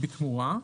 בתמורה,